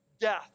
death